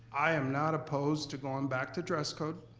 i am not opposed to going back to dress code.